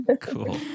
Cool